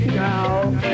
now